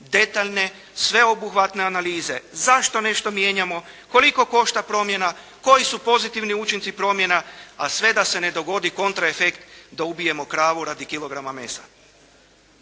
detaljne, sveobuhvatne analize. Zašto nešto mijenjamo? Koliko košta promjena? Koji su pozitivni učinci promjena? A sve da se ne dogodi kontra efekt da ubijemo kravu radi kilograma mesa.